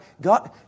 God